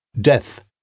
Death